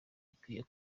ikwiye